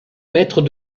maître